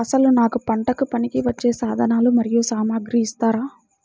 అసలు నాకు పంటకు పనికివచ్చే సాధనాలు మరియు సామగ్రిని ఇస్తారా?